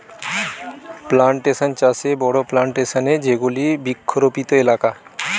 plantation চাষে বড়ো plantation এ যেগুলি বৃক্ষরোপিত এলাকা